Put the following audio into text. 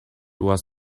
was